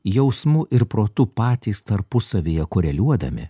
jausmu ir protu patys tarpusavyje koreliuodami